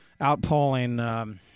outpolling